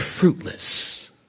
fruitless